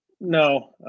No